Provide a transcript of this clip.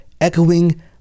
echoing